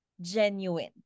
genuine